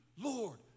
Lord